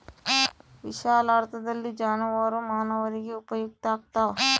ವಿಶಾಲಾರ್ಥದಲ್ಲಿ ಜಾನುವಾರು ಮಾನವರಿಗೆ ಉಪಯುಕ್ತ ಆಗ್ತಾವ